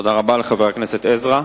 תודה רבה לחבר הכנסת עזרא.